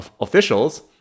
officials